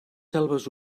selves